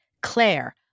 Claire